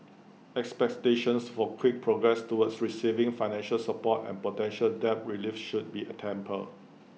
expectations for quick progress toward receiving financial support and potential debt relief should be A tempered